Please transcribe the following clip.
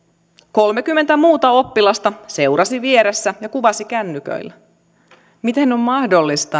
kolmekymmentä muuta oppilasta seurasi vieressä ja kuvasi kännyköillä miten on mahdollista